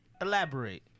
Elaborate